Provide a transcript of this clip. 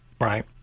right